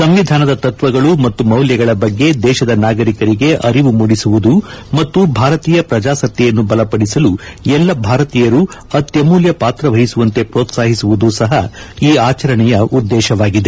ಸಂವಿಧಾನದ ತತ್ಸಗಳು ಮತ್ತು ಮೌಲ್ಯಗಳ ಬಗ್ಗೆ ದೇಶದ ನಾಗರಿಕರಿಗೆ ಅರಿವು ಮೂಡಿಸುವುದು ಮತ್ತು ಭಾರತೀಯ ಪ್ರಜಾಸತ್ತೆಯನ್ನು ಬಲಪಡಿಸಲು ಎಲ್ಲ ಭಾರತೀಯರು ಅತ್ಯಮೂಲ್ಲ ಪಾತ್ರ ವಹಿಸುವಂತೆ ಪ್ರೋತ್ಸಾಹಿಸುವುದು ಸಹ ಈ ಆಚರಣೆಯ ಉದ್ದೇಶವಾಗಿದೆ